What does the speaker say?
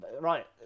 Right